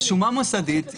זה רשומה מוסדית.